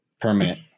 permanent